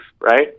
right